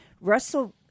Russell